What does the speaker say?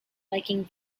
liking